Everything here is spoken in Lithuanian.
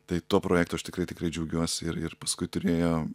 tai tuo projektu aš tikrai tikrai džiaugiuosi ir ir paskui turėjo